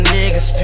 niggas